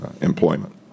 employment